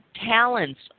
talents